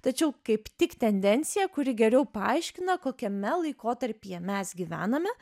tačiau kaip tik tendencija kuri geriau paaiškina kokiame laikotarpyje mes gyvename